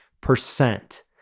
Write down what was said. percent